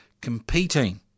competing